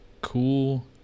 cool